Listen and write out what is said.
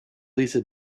lisa